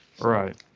Right